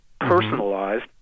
personalized